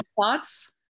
Thoughts